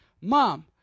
mom